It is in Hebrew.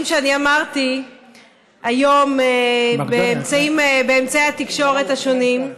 שאני אמרתי היום באמצעי התקשורת השונים.